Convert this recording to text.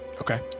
Okay